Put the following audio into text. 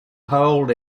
hold